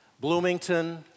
Bloomington